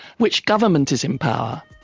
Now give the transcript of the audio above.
which government is in power.